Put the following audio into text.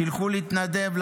שילכו להתנדב,